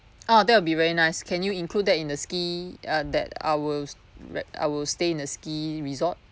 ah that would be very nice can you include that in the ski uh that I will I will stay in the ski resort